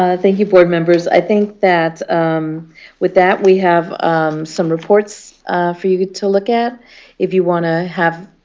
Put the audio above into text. ah thank you, board members. i think that with that we have some reports for you to look at if you want to have